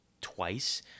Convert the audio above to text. twice